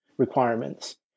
requirements